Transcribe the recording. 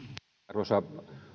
arvoisa